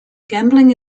gambling